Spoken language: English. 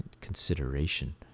consideration